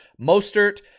Mostert